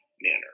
manner